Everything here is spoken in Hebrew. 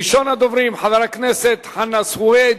ראשון הדוברים, חבר הכנסת חנא סוייד,